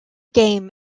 game